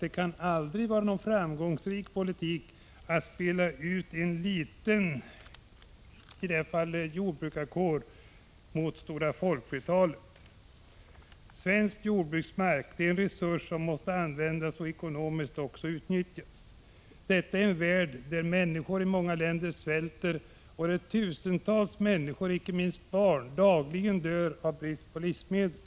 Det kan aldrig vara en framgångsrik politik att spela ut en liten jordbrukarkår mot det stora folkflertalet. Svensk jordbruksmark är en resurs som måste utnyttjas ekonomiskt i en värld där många svälter och tusentals människor, inte minst barn, dagligen dör av brist på livsmedel.